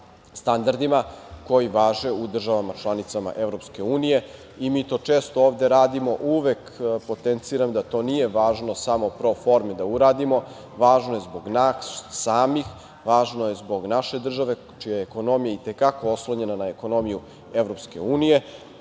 standardima koji važe u državama članicama Evropske unije i mi to često ovde radimo. Uvek potenciram da to nije važno samo pro forme da uradimo, važno je zbog nas samih, važno je zbog naše države, čija je ekonomija i te kako oslonjena na ekonomiju